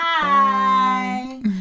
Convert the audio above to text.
Bye